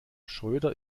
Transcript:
schröder